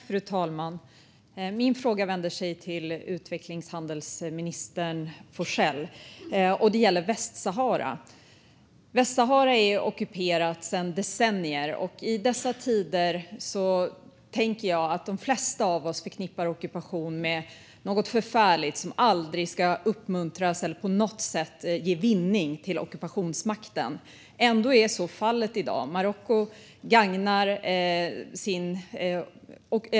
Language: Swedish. Fru talman! Min fråga är till bistånds och utrikeshandelsminister Forssell och gäller Västsahara. Västsahara är ockuperat sedan decennier, och i dessa tider tänker jag att de flesta av oss förknippar ockupation med något förfärligt som aldrig ska uppmuntras eller på något sätt ge vinning till ockupationsmakten. Ändå är så fallet i dag.